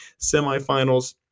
semifinals